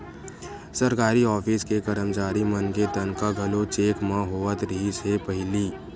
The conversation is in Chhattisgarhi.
सरकारी ऑफिस के करमचारी मन के तनखा घलो चेक म होवत रिहिस हे पहिली